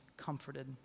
comforted